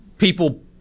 People